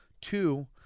Two